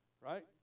right